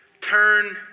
turn